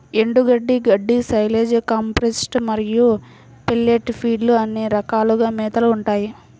ఎండుగడ్డి, గడ్డి, silage, compressed మరియు పెల్లెట్ ఫీడ్లు అనే రకాలుగా మేతలు ఉంటాయి